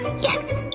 yes!